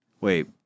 Wait